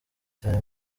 cyane